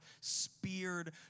speared